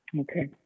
Okay